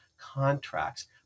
contracts